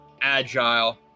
agile